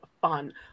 fun